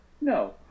No